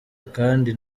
akandi